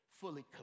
fully